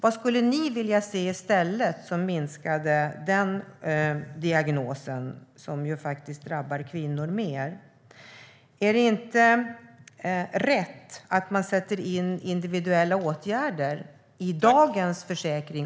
Vad skulle ni vilja se i stället som minskade de diagnoserna, som ju faktiskt drabbar kvinnor mer? Är det inte rätt att sätta in individuella åtgärder även i dagens försäkring?